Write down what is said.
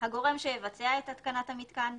הגורם שיבצע את התקנת המיתקן,